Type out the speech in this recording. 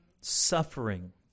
Suffering